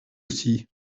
aussi